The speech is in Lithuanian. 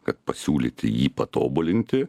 kad pasiūlyti jį patobulinti